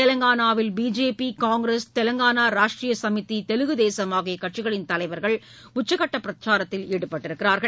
தெலங்கானாவில் BJP Congress Telangana Rashtriya Samithi Telugu Desam ஆகிய கட்சிகளின் தலைவர்கள் உச்சகட்ட பிரச்சாரத்தில் ஈடுபட்டுள்ளனர்